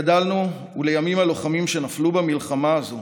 גדלנו, ולימים הלוחמים שנפלו במלחמה הזאת